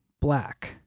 black